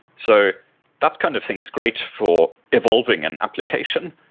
so that kind of thing is great for evolving an application,